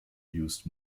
used